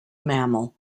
mammal